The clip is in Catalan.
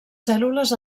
cèl·lules